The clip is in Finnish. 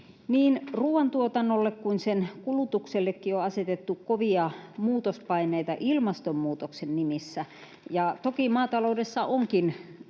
Niin ruuan tuotannolle kuin sen kulutuksellekin on asetettu kovia muutospaineita ilmastonmuutoksen nimissä, ja toki maataloudessa onkin